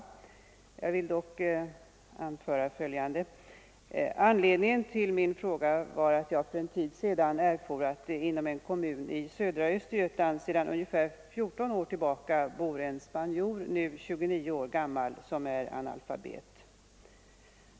Samtidigt vill jag dock anföra följande. Anledningen till min fråga var att jag för en tid sedan erfor att det inom en kommun i södra Östergötland sedan ungefär 14 år bor en spanjor, nu 29 år gammal, som är analfabet.